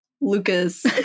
Lucas